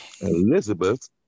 Elizabeth